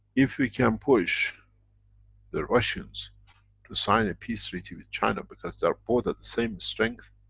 if we can push the russians to sign a peace treaty with china because they are both at the same strength,